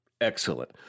excellent